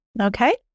Okay